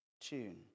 tune